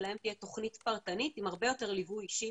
שלהם תהיה תוכנית פרטנית עם הרבה יותר ליווי אישי,